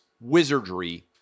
wizardry